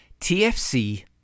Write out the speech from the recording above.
TFC